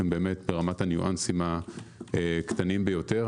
הם באמת ברמת הניואנסים הקטנים ביותר.